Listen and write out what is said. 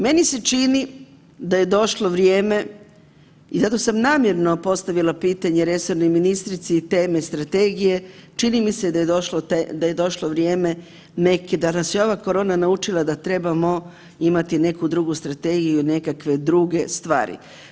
Meni se čini da je došlo vrijeme i zato sam namjerno postavila pitanje resornoj ministrici i teme strategije, čini mi se da je došlo, da je došlo vrijeme neki da nas je ova korona naučila da trebamo imati neku drugu strategiju i nekakve druge stvari.